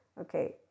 Okay